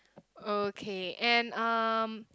okay and um